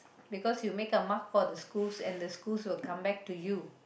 because you make a mark for the schools and the schools will come back to you